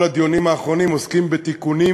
כל הדיונים האחרונים עוסקים בתיקונים